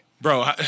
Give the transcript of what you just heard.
Bro